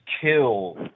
kill